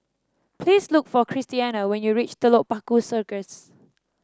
please look for Christiana when you reach Telok Paku Circus